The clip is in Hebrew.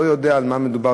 לא יודע על מה מדובר,